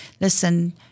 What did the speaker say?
listen